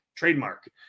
trademark